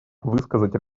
высказать